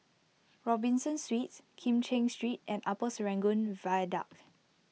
Robinson Suites Kim Cheng Street and Upper Serangoon Viaduct